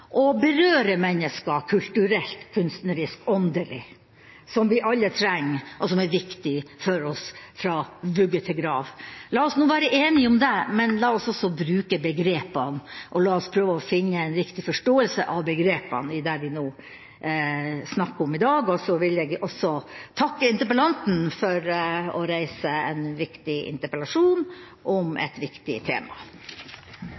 å berøre mennesker kulturelt, kunstnerisk, åndelig, som vi alle trenger, og som er viktig for oss fra vugge til grav. La oss nå være enige om det, men la oss også bruke begrepene, og la oss prøve å finne en riktig forståelse av begrepene med hensyn til det vi nå snakker om. Og så vil jeg også takke interpellanten for å reise en viktig interpellasjon om et viktig tema.